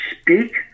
speak